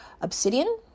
obsidian